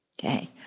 Okay